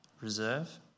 reserve